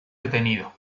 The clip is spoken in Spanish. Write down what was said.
detenido